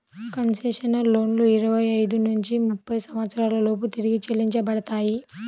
concessional లోన్లు ఇరవై ఐదు నుంచి ముప్పై సంవత్సరాల లోపు తిరిగి చెల్లించబడతాయి